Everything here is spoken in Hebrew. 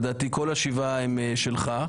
לדעתי כל השבע הן שלך,